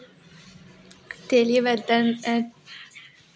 तेलीय बर्तन